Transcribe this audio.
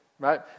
right